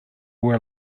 were